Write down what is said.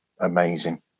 amazing